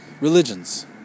religions